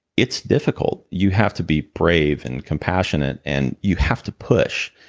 it's difficult you have to be brave and compassionate, and you have to push.